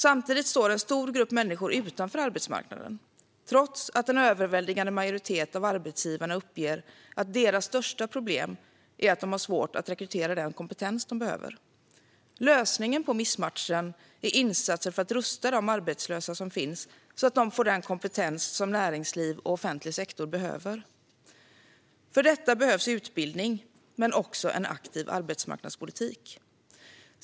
Samtidigt står en stor grupp människor utanför arbetsmarknaden, trots att en överväldigande majoritet av arbetsgivarna uppger att deras största problem är att de har svårt att rekrytera den kompetens de behöver. Lösningen på missmatchningen är insatser för att rusta de arbetslösa så att de får den kompetens som näringsliv och offentlig sektor behöver. För detta behövs utbildning men också en aktiv arbetsmarknadspolitik.